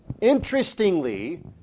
interestingly